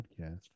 podcast